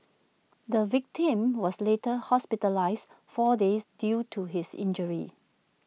the victim was later hospitalised four days due to his injuries